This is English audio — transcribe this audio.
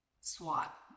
swat